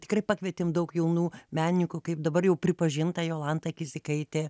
tikrai pakvietėm daug jaunų meninkų kaip dabar jau pripažinta jolanta kizikaitė